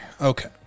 Okay